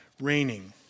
raining